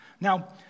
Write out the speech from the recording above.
Now